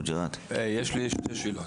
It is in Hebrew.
יש לי שתי שאלות.